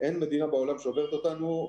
אין מדינה בעולם שעוברת אותנו.